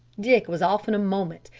dick was off in a moment,